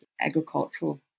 agricultural